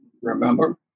remember